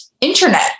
internet